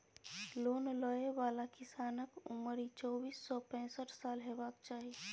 loan लय बला किसानक उमरि चौबीस सँ पैसठ साल हेबाक चाही